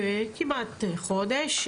כמעט חודש,